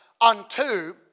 unto